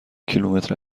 کیلومتر